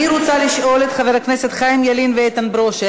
אני רוצה לשאול את חברי הכנסת חיים ילין ואיתן ברושי,